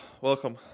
welcome